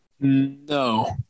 no